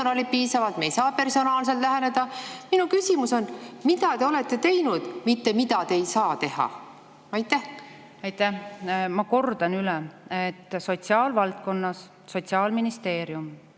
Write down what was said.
personali piisavalt, me ei saa personaalselt läheneda. Minu küsimus on: mida te olete teinud? Mitte see, mida te ei saa teha. Aitäh! Ma kordan üle: sotsiaalvaldkonnas on Sotsiaalministeerium